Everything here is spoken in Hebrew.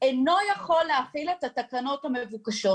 אינו יכול להחיל את התקנות המבוקשות.